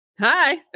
hi